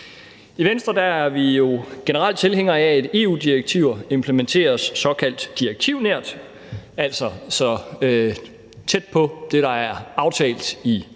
I Venstre er vi jo generelt tilhængere af, at EU-direktiver implementeres såkaldt direktivnært, altså så tæt på det, der er aftalt i EU,